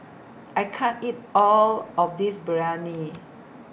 I can't eat All of This Biryani